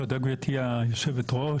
תודה גרבתי היושבת-ראש.